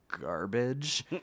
garbage